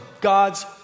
God's